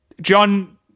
John